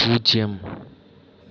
பூஜ்ஜியம்